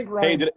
Hey